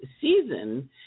season